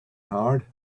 hard